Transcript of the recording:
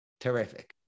Terrific